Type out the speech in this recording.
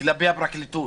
וכלפי הפרקליטות